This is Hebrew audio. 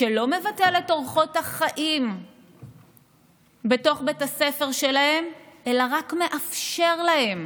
שלא מבטל את אורחות החיים בתוך בית הספר שלהם אלא רק מאפשר להם